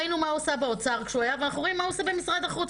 ראינו מה הוא עשה באוצר כשהוא היה ואנחנו רואים מה הוא עושה במשרד החוץ,